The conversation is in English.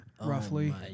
roughly